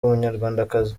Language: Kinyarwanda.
umunyarwandakazi